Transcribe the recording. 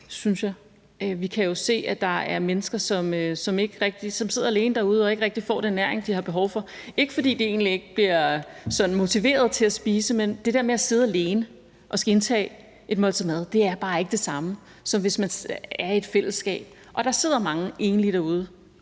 synes jeg. Vi kan jo se, at der er mennesker, som sidder alene derude og ikke rigtig får den ernæring, de har behov for. Det er egentlig ikke, fordi de ikke bliver motiveret til at spise, men det der med at sidde alene og indtage et måltid mad er bare ikke det samme, som hvis man er i et fællesskab. Der sidder mange enlige derude,